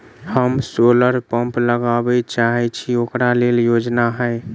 हम solar pump लगाबै चाहय छी ओकरा लेल योजना हय?